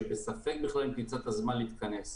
שבספק בכלל אם תמצא את הזמן להתכנס,